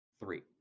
three